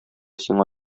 сиңа